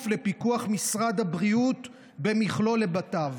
לפיקוח משרד הבריאות במכלול היבטיו,